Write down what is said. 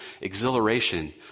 exhilaration